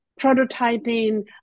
prototyping